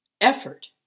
Effort